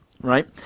right